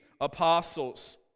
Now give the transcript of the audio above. apostles